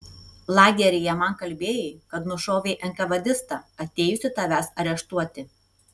lageryje man kalbėjai kad nušovei enkavedistą atėjusį tavęs areštuoti